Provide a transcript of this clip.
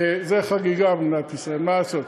זו חגיגה במדינת ישראל, מה לעשות.